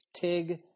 tig